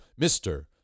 Mr